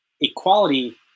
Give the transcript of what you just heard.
equality